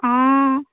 অঁ